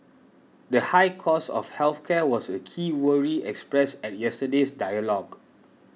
the high cost of health care was a key worry expressed at yesterday's dialogue